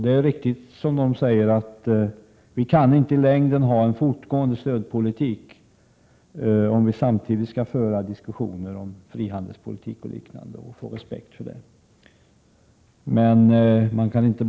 De som säger att vi i längden inte kan föra en fortlöpande stödpolitik, om vi samtidigt skall vinna respekt för den frihandelspolitik som vi vill bedriva, har rätt.